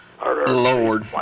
Lord